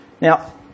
Now